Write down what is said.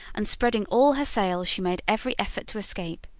and spreading all her sails she made every effort to escape.